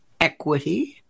Equity